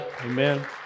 Amen